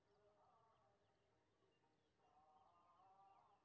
हमरा एक खाता खोलाबई के ये?